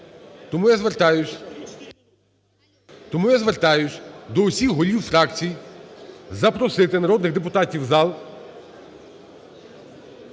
Тому я звертаюсь до всіх голів фракцій, запросити народних депутатів в зал.